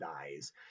dies